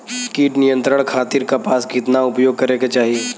कीट नियंत्रण खातिर कपास केतना उपयोग करे के चाहीं?